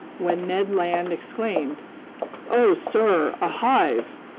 when ned land exclaimed oh, sir, a hive!